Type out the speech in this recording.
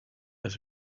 als